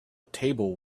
table